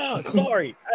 Sorry